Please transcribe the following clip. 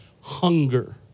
hunger